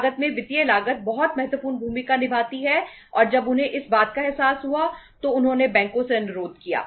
कुल लागत में वित्तीय लागत बहुत महत्वपूर्ण भूमिका निभाती है और जब उन्हें इस बात का एहसास हुआ तो उन्होंने बैंकों से अनुरोध किया